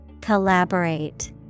Collaborate